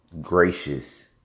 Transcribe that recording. gracious